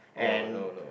and